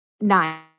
Nine